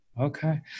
Okay